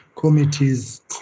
committees